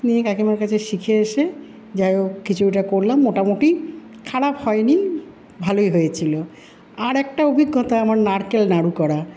নিয়ে কাকিমার কাছে শিখে এসে যাইহোক খিচুড়িটা করলাম মোটামোটি খারাপ হয় নি ভালোই হয়েছিল আর একটা অভিজ্ঞতা আমার নারকেল নাড়ু করা